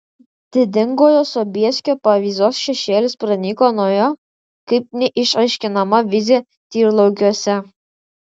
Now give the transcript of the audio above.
didingojo sobieskio povyzos šešėlis pranyko nuo jo kaip neišaiškinama vizija tyrlaukiuose